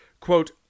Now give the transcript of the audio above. Quote